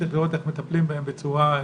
צריך לראות איך מטפלים בהם בצורה נאותה.